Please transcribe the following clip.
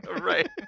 right